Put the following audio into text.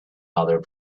other